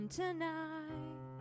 tonight